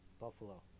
buffalo